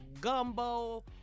gumbo